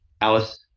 Alice